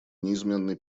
неизменной